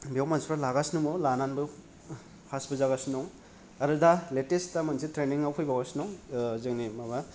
बेयाव मानसिफ्रा लागासिनोबो लानानैबो फासबो जागासिनो दं आरोदा लेटेस्ट दा मोनसे ट्रेनिंआव फैबावगासिनो दं जोंनि माबा